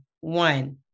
One